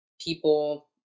people